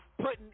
putting